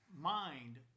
mind